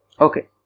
Okay